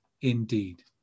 indeed